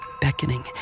beckoning